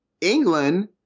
England